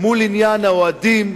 מול עניין האוהדים,